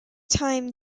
time